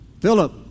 Philip